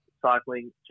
cycling